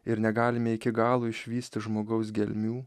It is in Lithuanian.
ir negalime iki galo išvysti žmogaus gelmių